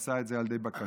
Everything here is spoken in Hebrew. הוא עשה את זה על ידי בקשה.